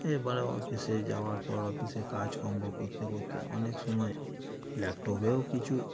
এবার অফিসে যাওয়ার পর অফিসে কাজকর্ম করতে করতে অনেক সময় ল্যাপটপেও কিছু